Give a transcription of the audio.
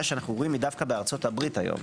שאנחנו רואים היא דווקא בארצות הברית היום,